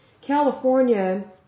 California